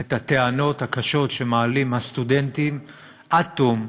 את הטענות הקשות שמעלים הסטודנטים עד תום.